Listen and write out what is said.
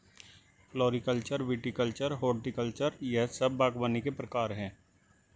floriculture, viticulture, horticulture यह सब बागवानी के प्रकार है